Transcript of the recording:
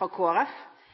for forslag